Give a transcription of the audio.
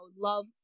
love